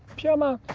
pajama,